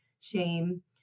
shame